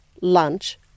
lunch